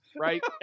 right